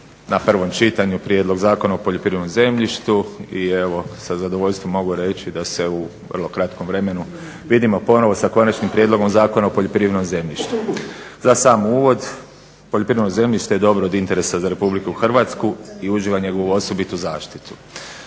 na prvom čitanju prijedlog Zakona o poljoprivrednom zemljištu i evo sa zadovoljstvom mogu reći da se u vrlo kratkom vremenu vidimo ponovno sa konačnim prijedlogom Zakona o poljoprivrednom zemljištu. Za sam uvod poljoprivredno zemljište je dobro od interesa za RH i uživa njegovu osobitu zaštitu.